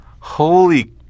holy